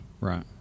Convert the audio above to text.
Right